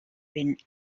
been